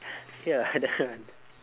ya that one